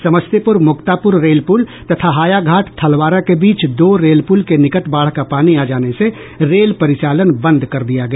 Samastipur Muktapur rail पुल तथा हायाघाट थलवारा के बीच दो रेल पुल के निकट बाढ़ का पानी आ जाने से रेल परिचालन बंद कर दिया गया